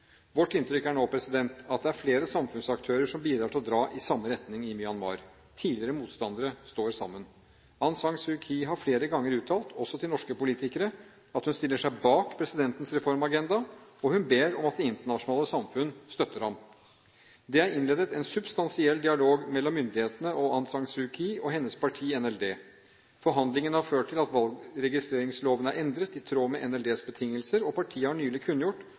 Vårt inntrykk er nå at det er flere samfunnsaktører som bidrar til å dra i samme retning i Myanmar. Tidligere motstandere står sammen. Aung San Suu Kyi har flere ganger uttalt, også til norske politikere, at hun stiller seg bak presidentens reformagenda, og hun ber om at det internasjonale samfunn støtter ham. Det er innledet en substansiell dialog mellom myndighetene og Aung San Suu Kyi og hennes parti NLD. Forhandlingene har ført til at valgregistreringsloven er endret i tråd med NLDs betingelser, og partiet har nylig